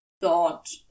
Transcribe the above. thought